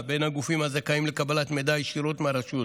עם הגופים הזכאים לקבלת מידע ישירות מהרשות.